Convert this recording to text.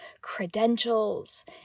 credentials